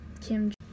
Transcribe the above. kim